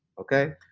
okay